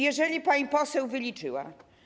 Jeżeli pani poseł wyliczyła.